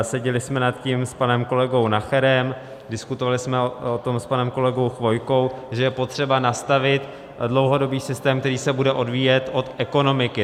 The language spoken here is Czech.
Seděli jsme nad tím s panem kolegou Nacherem, diskutovali jsme o tom s panem kolegou Chvojkou, že je potřeba nastavit dlouhodobý systém, který se bude odvíjet od ekonomiky.